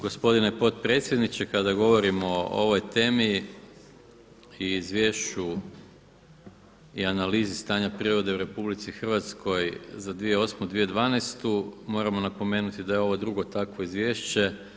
Gospodine potpredsjedniče kada govorimo o ovoj temi i izvješću i analizi stanja prirode u RH za 2008.-2012. moramo napomenuti da je ovo drugo takvo izvješće.